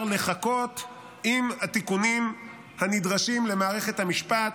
לחכות עם התיקונים הנדרשים במערכת המשפט.